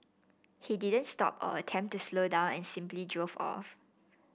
he didn't stop or attempt to slow down and simply drove off